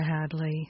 Hadley